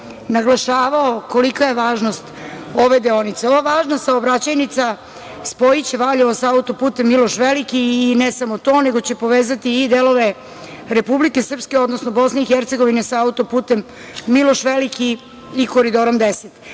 naglašavao kolika je važnost ove deonice. Ova važna saobraćajnica spojiće Valjevo sa auto-putem "Miloš Veliki", i ne samo to, nego će povezati i delove Republike Srpske, odnosno BiH sa auto-putem „Miloš Veliki“ i Koridorom 10.Reč